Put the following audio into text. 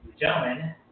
gentlemen